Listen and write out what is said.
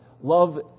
love